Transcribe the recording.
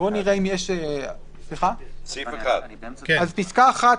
על פסקה (1),